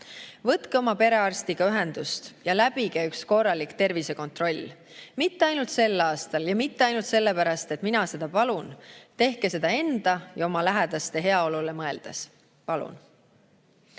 võtke oma perearstiga ühendust ja läbige üks korralik tervisekontroll. Mitte ainult sel aastal ja mitte ainult sellepärast, et mina seda palun – tehke seda enda ja oma lähedaste heaolule mõeldes.